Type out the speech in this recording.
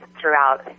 throughout